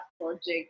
project